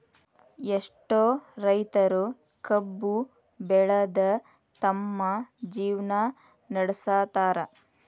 ಎಷ್ಟೋ ರೈತರು ಕಬ್ಬು ಬೆಳದ ತಮ್ಮ ಜೇವ್ನಾ ನಡ್ಸತಾರ